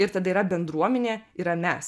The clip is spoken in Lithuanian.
ir tada yra bendruomenė yra mes